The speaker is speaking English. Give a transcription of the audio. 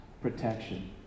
protection